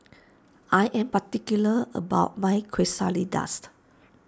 I am particular about my